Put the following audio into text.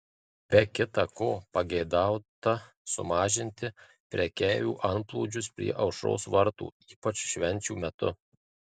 be kita ko pageidauta sumažinti prekeivių antplūdžius prie aušros vartų ypač švenčių metu